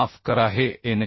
माफ करा हे एन